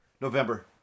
November